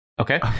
Okay